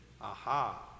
Aha